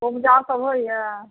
उपजा सब होइया